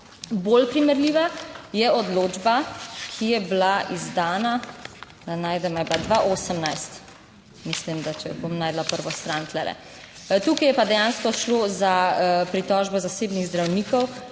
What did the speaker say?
Bolj primerljiva je odločba, ki je bila izdana … Da najdem. A je bila 2018?Mislim, da če bom našla prvo stran … Tule. Tukaj je pa dejansko šlo za pritožbo zasebnih zdravnikov